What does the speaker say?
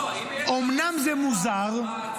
אומנם זה מוזר --- לא,